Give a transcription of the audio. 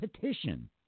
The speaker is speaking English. petition